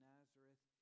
Nazareth